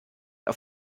auf